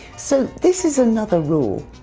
so this is another rule.